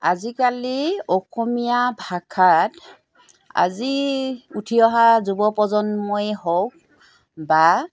আজিকালি অসমীয়া ভাষাত আজি উঠি অহা যুৱ প্ৰজন্মই হওক বা